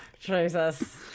Jesus